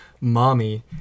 Mommy